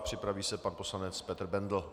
Připraví se pan poslanec Petr Bendl.